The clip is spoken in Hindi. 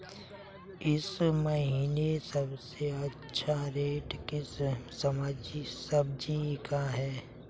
इस महीने सबसे अच्छा रेट किस सब्जी का है?